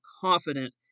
confident